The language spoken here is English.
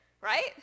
right